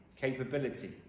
capability